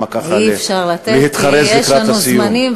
אי-אפשר לתת כי יש לנו זמנים,